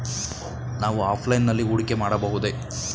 ನಾವು ಆಫ್ಲೈನ್ ನಲ್ಲಿ ಹೂಡಿಕೆ ಮಾಡಬಹುದೇ?